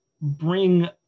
bring